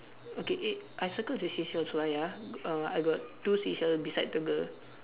okay eh I circle the seashells what ya err I got two seashell beside the girl